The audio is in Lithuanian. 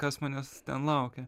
kas manęs ten laukia